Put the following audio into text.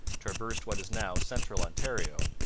traversed what is now central ontario,